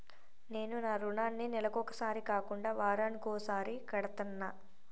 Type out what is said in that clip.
నేను నా రుణాన్ని నెలకొకసారి కాకుండా వారానికోసారి కడ్తన్నా